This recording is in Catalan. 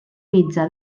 mitjà